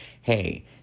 hey